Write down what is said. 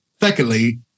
secondly